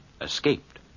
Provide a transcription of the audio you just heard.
escaped